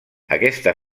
aquesta